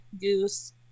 goose